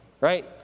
right